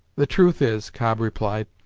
the truth is cobb replied,